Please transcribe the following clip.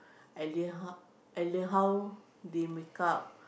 I learn how I learn how they makeup